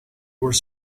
were